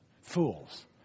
fools